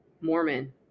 Mormon